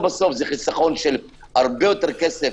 זה חיסכון של הרבה יותר כסף,